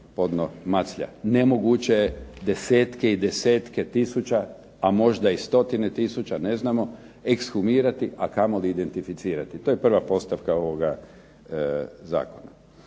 podno Maclja. Nemoguće je desetke i desetke tisuća, a možda i stotine tisuća ekshumirati, a kamoli identificirati. To je prva postavka ovoga zakona.